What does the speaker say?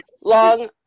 Long